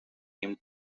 him